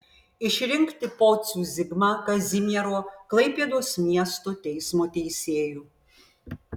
išrinkti pocių zigmą kazimiero klaipėdos miesto teismo teisėju